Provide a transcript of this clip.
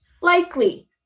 Likely